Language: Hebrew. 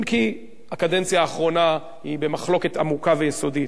אם כי הקדנציה האחרונה היא במחלוקת עמוקה ויסודית,